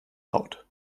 traut